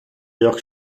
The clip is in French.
york